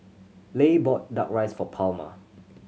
Leigh bought Duck Rice for Palma